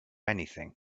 anything